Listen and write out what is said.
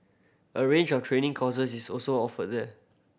a range of training courses is also offered there